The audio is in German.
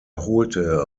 holte